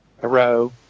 Hello